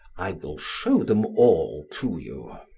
i will show them all to you.